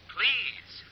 please